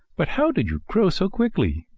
but how did you grow so quickly?